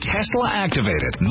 Tesla-activated